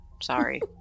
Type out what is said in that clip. Sorry